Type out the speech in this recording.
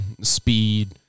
speed